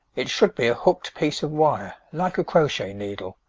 it should be a hooked piece of wire, like a crochet needle,